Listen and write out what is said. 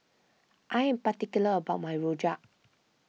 I am particular about my Rojak